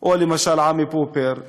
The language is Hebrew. או למשל עמי פופר.